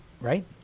right